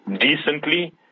Decently